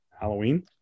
Halloween